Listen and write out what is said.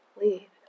lead